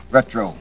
Retro